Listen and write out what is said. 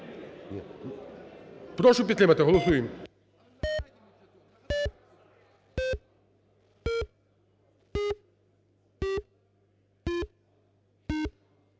Прошу підтримати. Голосуємо.